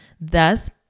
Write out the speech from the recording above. Thus